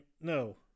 no